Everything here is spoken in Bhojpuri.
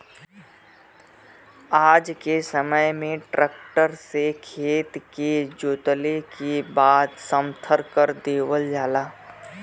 आज के समय में ट्रक्टर से खेत के जोतले के बाद समथर कर देवल जाला